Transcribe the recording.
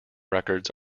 records